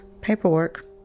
paperwork